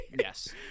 Yes